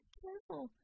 careful